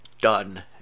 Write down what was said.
done